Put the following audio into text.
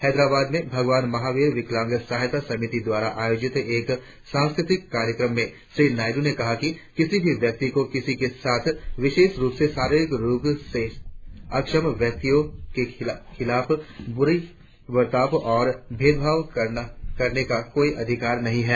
हैदराबाद में भगवान महाबीर विकलांग सहायता समिति द्वारा आयोजित एक सांस्कृतिक कार्यक्रम में श्री नायडू ने कहा कि किसी भी व्यक्ति को किसी के साथ विशेष रुप से शारीरिक रुप से अक्षम व्यक्तियो के खिलाफ बुरा बर्ताव या भेदभाव करने का कोई अधिकार नही है